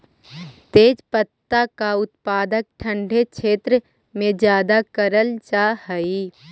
तेजपत्ता का उत्पादन ठंडे क्षेत्र में ज्यादा करल जा हई